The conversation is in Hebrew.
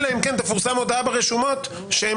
אלא אם כן תפורסם הודעה ברשומות שהם